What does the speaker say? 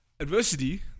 Adversity